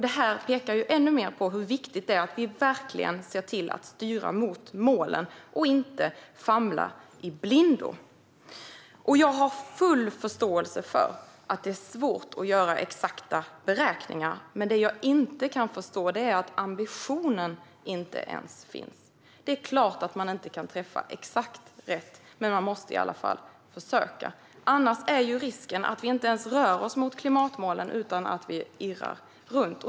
Det här pekar ju ännu mer på hur viktigt det är att vi verkligen ser till att styra mot målen och inte famlar i blindo. Jag har full förståelse för att det är svårt att göra exakta beräkningar. Men det jag inte kan förstå är att ambitionen inte ens finns. Det är klart att man inte kan träffa exakt rätt, men man måste i alla fall försöka. Annars är risken att vi inte ens rör oss mot klimatmålen, utan att vi irrar runt.